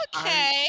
okay